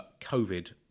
COVID